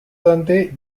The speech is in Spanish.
dante